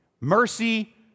Mercy